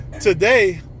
today